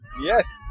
yes